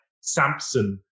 Samson